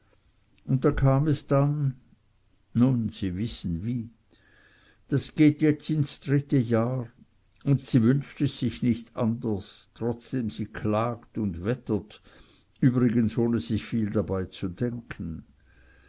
und da kam es dann nun sie wissen wie das geht jetzt ins dritte jahr und sie wünscht es sich nicht anders trotzdem sie klagt und wettert übrigens ohne sich viel dabei zu denken